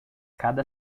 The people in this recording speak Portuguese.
cada